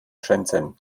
shenzhen